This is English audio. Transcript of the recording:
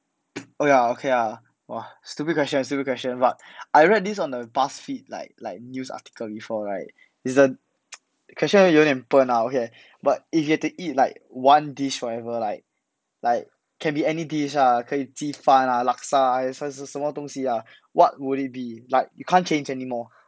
okay lah okay lah !wah! stupid question stupid question but I read this on the buzzfeed like like news article before right is the question 有点笨啦 okay but if you to eat like one dish forever like like can be any dish lah 可以鸡饭啦 laksa 什么东西啦 what would it be like you can't change anymore